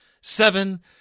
seven